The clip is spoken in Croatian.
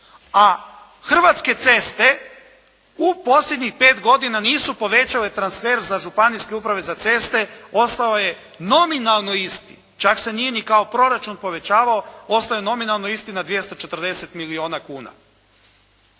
a Hrvatske ceste u posljednjih 5 godina nisu povećale transfer za županijske uprave za ceste, ostalo je nominalno isti. Čak se nije ni kao proračun povećavao, ostao je nominalno isti na 240 milijuna kuna.